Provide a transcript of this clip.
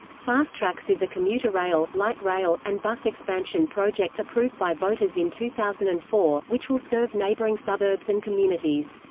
fastracks is a commuter rail, light rail, and bus expansion project approved by voters in two thousand and four, which will serve neighboring suburbs and communities.